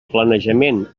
planejament